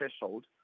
threshold